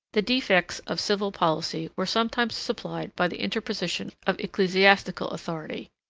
the defects of civil policy were sometimes supplied by the interposition of ecclesiastical authority.